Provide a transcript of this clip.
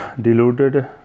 deluded